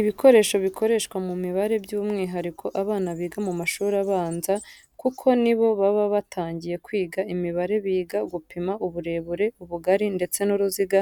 Ibikoresho bikoreshwa mu mibare byumwihariko abana biga mu mashuri abanza kuko nibo baba batangiye kwiga imibare biga gupima uburebure, ubugari ndetse n'uruziga,